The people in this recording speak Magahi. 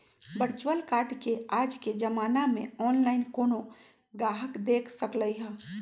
वर्चुअल कार्ड के आज के जमाना में ऑनलाइन कोनो गाहक देख सकलई ह